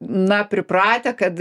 na pripratę kad